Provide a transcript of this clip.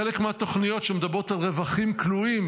חלק מהתוכניות שמדברות על רווחים כלואים,